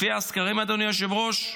לפי הסקרים, אדוני היושב-ראש,